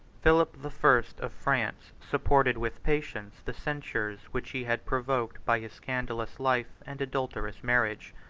philip the first, of france, supported with patience the censures which he had provoked by his scandalous life and adulterous marriage.